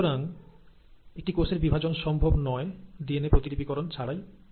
সুতরাং একটি কোষের বিভাজন সম্ভব নয় ডিএনএ প্রতিলিপিকরণ ছাড়াই